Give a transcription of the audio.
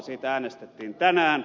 siitä äänestettiin tänään